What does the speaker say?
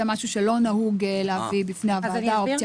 זה לא משהו שנהוג להביא בפני הוועדה אופציה